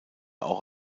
auch